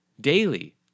daily